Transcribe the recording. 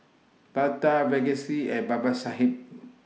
Tata Verghese and Babasaheb